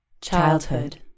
Childhood